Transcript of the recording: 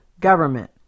government